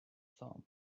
thumb